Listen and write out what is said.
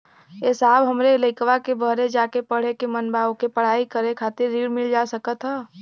ए साहब हमरे लईकवा के बहरे जाके पढ़े क मन बा ओके पढ़ाई करे खातिर ऋण मिल जा सकत ह?